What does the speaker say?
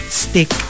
stick